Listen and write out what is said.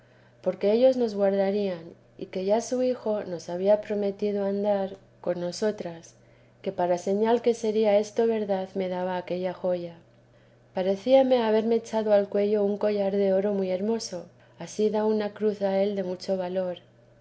porque ellos nos guardarían que ya su hijo nos había prometido andar con nosotras que para señal que sería esto verdad me daba aquella joya parecíame haberme echado al cuello un collar de oro muy hermoso asida una cruz a él de mucho valor